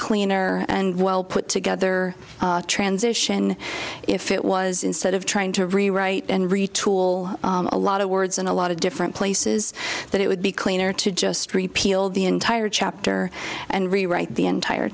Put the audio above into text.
cleaner and well put together transition if it was instead of trying to rewrite and retool a lot of words in a lot of different places that it would be cleaner to just repeal the entire chapter and rewrite the entire